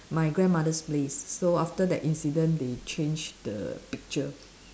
my grandmother's place so after that incident they changed the picture